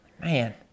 Man